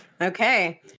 Okay